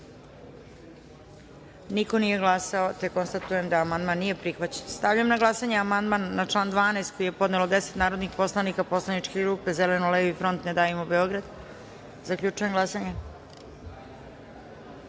Niko nije glasao. Konstatujem da amandman nije prihvaćen. Stavljam na glasanje amandman na član 12. koji je podnelo deset narodnih poslanika Poslaničke grupe Zeleno-levi front – Ne davimo Beograd. Zaključujem glasanje: